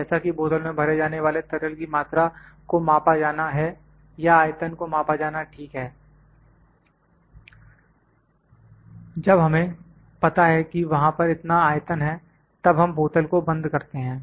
जैसा कि बोतल में भरे जाने वाले तरल की मात्रा को मापा जाना है या आयतन को मापा जाना है ठीक है जब हमें पता है कि वहां पर इतना आयतन है तब हम बोतल को बंद करते हैं